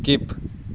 skip